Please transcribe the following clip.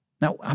Now